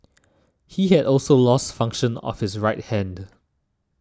he had also lost function of his right hand